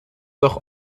doch